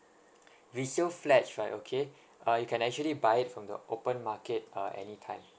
resale flats right okay uh you can actually buy it from the open market uh anytime